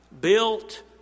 built